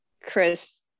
Chris